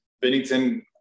Bennington